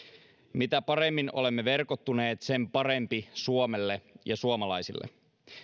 mitä paremmin olemme verkottuneet sen parempi suomelle ja suomalaisille